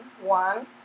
One